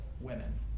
women